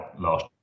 last